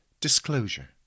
Disclosure